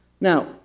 Now